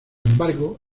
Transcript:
embargo